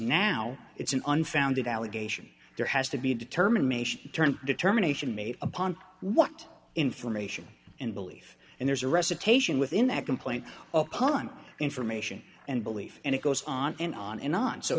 now it's an unfounded allegation there has to be determination turned determination made upon what information and belief and there's a recitation within that complaint upon information and belief and it goes on and on and on so